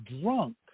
drunk